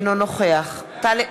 אינו נוכח טלב